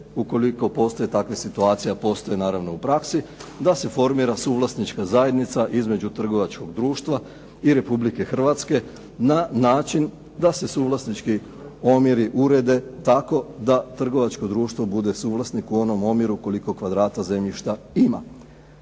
ukoliko postoje takve situacije, a postoje naravno u praksi, da se formira suvlasnička zajednica između trgovačkog društva i Republike Hrvatske na način da se suvlasnički omjeri urede tako da trgovačko društvo bude suvlasnik u onom omjeru koliko kvadrata zemljišta ima.